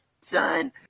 son